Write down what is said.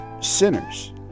sinners